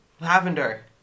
Lavender